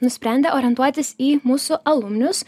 nusprendė orientuotis į mūsų alumnius